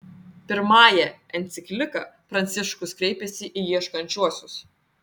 pirmąja enciklika pranciškus kreipiasi į ieškančiuosius